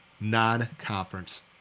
non-conference